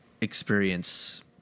experience